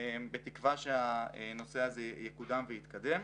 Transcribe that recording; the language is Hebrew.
בתקווה שהנושא הזה יקודם ויתקדם.